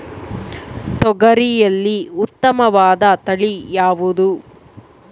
ತೊಗರಿಯಲ್ಲಿ ಉತ್ತಮವಾದ ತಳಿ ಯಾವುದು?